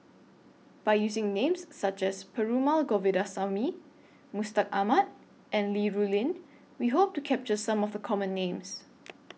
By using Names such as Perumal Govindaswamy Mustaq Ahmad and Li Rulin We Hope to capture Some of The Common Names